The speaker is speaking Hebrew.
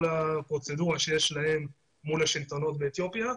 הפרוצדורה שיש להם מול השלטונות באתיופיה,